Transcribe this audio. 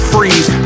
Freeze